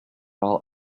all